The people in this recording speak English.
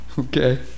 Okay